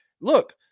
look